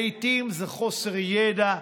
לעיתים זה חוסר ידע.